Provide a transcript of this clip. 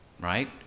right